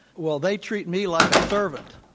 well, they treat me like a servant.